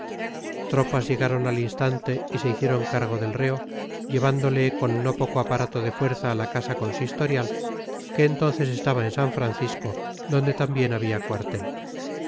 tropas llegaron al instante y se hicieron cargo del reo llevándole con no poco aparato de fuerza a la casa consistorial que entonces estaba en san francisco donde también había cuartel